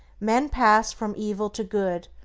men pass from evil to good,